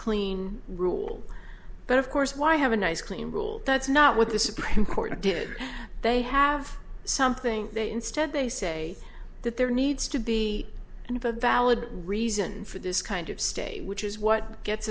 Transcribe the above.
clean rule but of course why have a nice clean rule that's not what the supreme court did they have something instead they say that there needs to be kind of a valid reason for this kind of state which is what gets